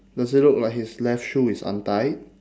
does it look like his left shoe is untied